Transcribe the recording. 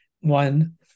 one